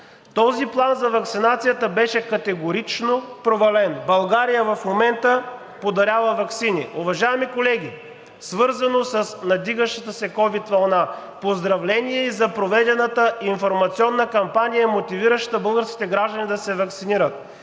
този план за ваксинацията беше категорично провален. България в момента подарява ваксини. Уважаеми колеги, свързано с надигащата се ковид вълна – поздравления и за проведената информационна кампания, мотивираща българските граждани да се ваксинират.